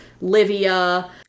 Livia